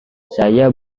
saya